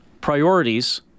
priorities